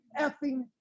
effing